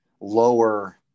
lower